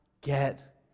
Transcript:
get